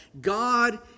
God